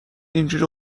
اینجوری